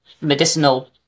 medicinal